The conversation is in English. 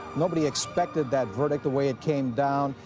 nobody expected that verdict the way it came down.